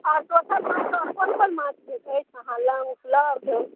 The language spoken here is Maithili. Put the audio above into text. आओर दोसर माछमे कोन कोन माछ अछि अहाँलग उपलब्ध